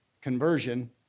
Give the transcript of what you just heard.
conversion